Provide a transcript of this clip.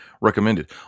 recommended